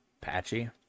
patchy